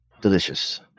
delicious